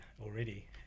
already